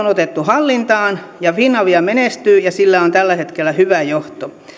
on otettu hallintaan ja finavia menestyy ja sillä on tällä hetkellä hyvä johto